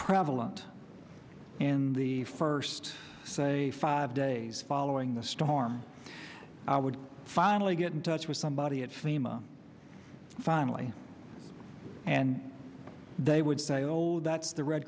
prevalent in the first say five days following the storm i would finally get in touch with somebody at fema finally and they would say old that's the red